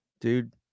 dude